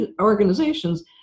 organizations